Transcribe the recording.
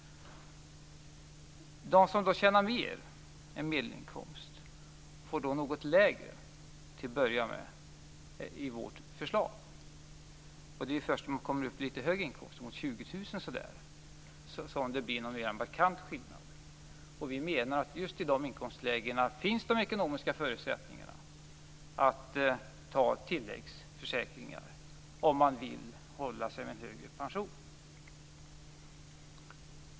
De som tjänar mer än medelinkomst får till att börja med något lägre pension i vårt förslag. Det är först vid inkomster på ca 20 000 kr som det blir en markant skillnad. Vi menar att i de inkomstlägena finns de ekonomiska förutsättningarna att ta tilläggsförsäkringar om man vill hålla sig med en högre pension.